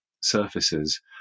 surfaces